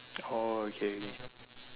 oh okay okay